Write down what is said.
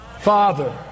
Father